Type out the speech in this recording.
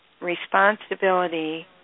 responsibility